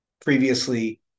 previously